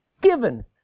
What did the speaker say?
given